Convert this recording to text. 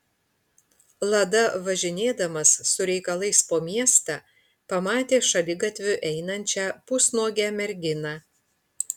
lada važinėdamas su reikalais po miestą pamatė šaligatviu einančią pusnuogę merginą